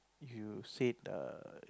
if you said the